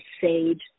Sage